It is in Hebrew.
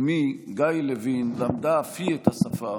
אימי, גאיל לוין, למדה אף היא את השפה,